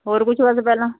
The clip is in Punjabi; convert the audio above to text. ਹੋਰ ਕੁਛ ਬਸ ਪਹਿਲਾ